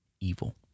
evil